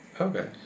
Okay